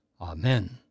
Amen